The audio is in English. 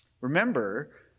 Remember